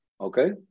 Okay